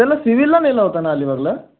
त्याला सिव्हिलला नेलं होतं ना अलिबागला